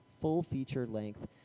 full-feature-length